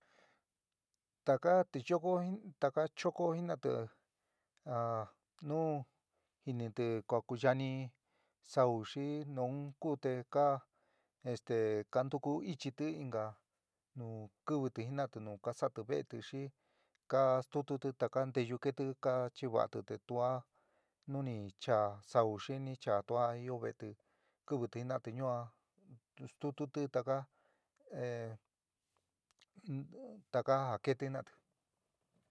Taka tichokó jin taka chokó jina'ati a nu jíniti kua ku yani saú xi nuú kú te ka esté kantuku íchiti inka nu kiwiti jina'ati nuú kasa'ati ve'eti xi ka stututi taka netyu keéti kachiva'ati te tuá nu ni chaá sau xi ni chaa, tua io ve'eti, kiwiti jin´a'ati ñua te stututi taka, taka ja keéti jina'ati.